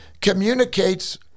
communicates